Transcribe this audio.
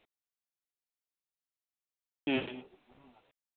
ᱦᱩᱸ